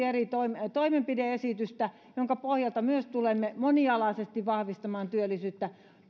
eri toimenpide esitystä joiden pohjalta myös tulemme monialaisesti vahvistamaan työllisyyttä